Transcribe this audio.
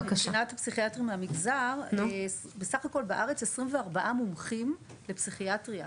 מבחינת פסיכיאטרים מהמגזר: בסך הכל יש בארץ 24 מומחים לפסיכיאטריה,